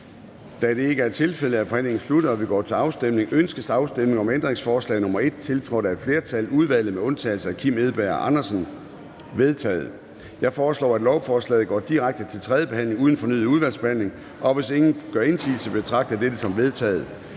Da det ikke er tilfældet, er forhandlingen sluttet, og vi går til afstemning. Kl. 10:07 Afstemning Formanden (Søren Gade): Ønskes afstemning om ændringsforslag nr. 1, tiltrådt af et flertal (udvalget med undtagelse af Kim Edberg Andersen (UFG))? Det er vedtaget. Jeg foreslår, at lovforslaget går direkte til tredje behandling uden fornyet udvalgsbehandling. Hvis ingen gør indsigelse, betragter jeg dette som vedtaget.